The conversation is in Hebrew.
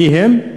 מי הם?